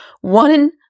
One